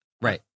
Right